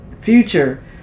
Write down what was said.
future